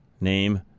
Name